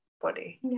body